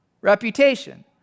Reputation